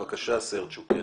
בבקשה, סרצ'וק.